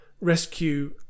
rescue